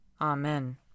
Amen